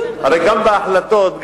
הרי בהחלטות,